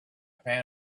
pan